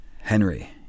Henry